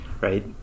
right